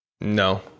No